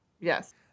Yes